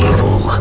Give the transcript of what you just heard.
Evil